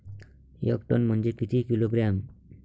एक टन म्हनजे किती किलोग्रॅम?